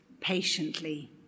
patiently